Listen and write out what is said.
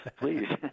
please